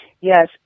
Yes